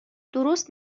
درست